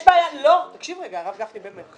לא, תקשיב רגע, הרב גפני, באמת.